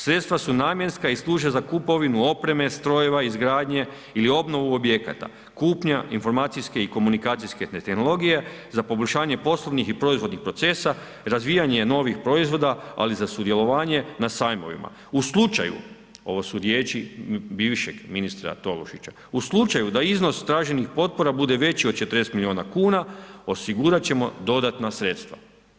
Sredstva su namjenska i služe za kupovinu opreme, strojeva, izgradnje ili obnovu objekata, kupnja informacijske i komunikacijske tehnologije za poboljšanje poslovnih i proizvodnih procesa, razvijanje novih proizvoda ali i za sudjelovanje na sajmovima.“ Ovo su riječi bivšeg ministra Tolušića „U slučaju da iznos traženih potpora bude veći od 40 milijuna kuna osigurat ćemo dodatna sredstva“